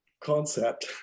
concept